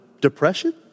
depression